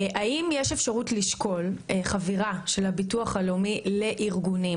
האם יש אפשרות לשקול חבירה של הביטוח הלאומי לארגונים